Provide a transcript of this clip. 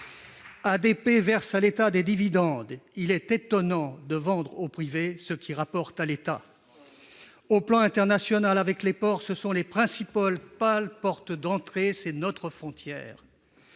ADP verse à l'État des dividendes, et il est donc étonnant de vendre au privé ce qui rapporte à l'État. Sur le plan international, avec les ports, ce sont les principales portes d'entrée, c'est notre frontière.